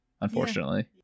unfortunately